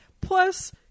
Plus